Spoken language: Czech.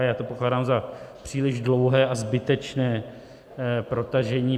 Já to pokládám za příliš dlouhé a zbytečné protažení.